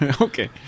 Okay